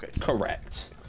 Correct